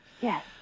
Yes